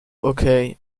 okay